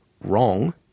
wrong